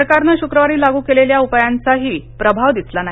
सरकारनं शुक्रवारी लागू केलेल्या उपायांचाही प्रभाव दिसला नाही